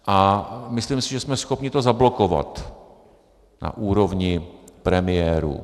A myslím si, že jsme schopni to zablokovat na úrovni premiérů.